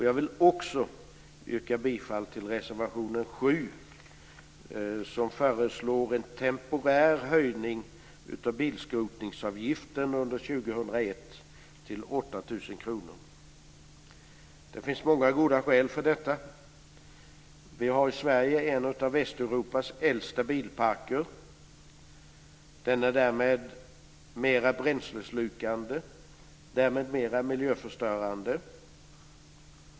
Jag vill också yrka bifall till reservation 7, där man föreslår en temporär höjning av bilskrotningsavgiften under 2001 till 8 000 kr. Det finns många goda skäl för detta. Vi har i Sverige en av Västeuropas äldsta bilparker. Den är därmed mera bränsleslukande och mera miljöförstörande.